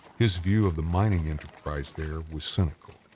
his view of the mining enterprise there was simple.